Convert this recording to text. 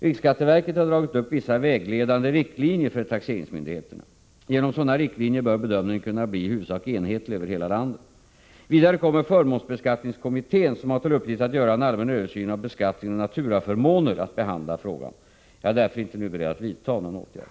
Riksskatteverket har dragit upp vissa vägledande riktlinjer för taxeringsmyndigheterna. Genom sådana riktlinjer bör bedömningen kunna bli i huvudsak enhetlig över hela landet. Vidare kommer förmånsbeskattningskommittén , som har till uppgift att göra en allmän översyn av beskattningen av naturaförmåner, att behandla frågan. Jag är därför inte nu beredd att vidta någon åtgärd.